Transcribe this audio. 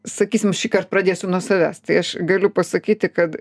sakysim šįkart pradėsiu nuo savęs tai aš galiu pasakyti kad